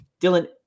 Dylan